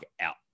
out